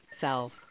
Self